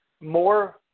more